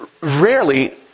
rarely